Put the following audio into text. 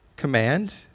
command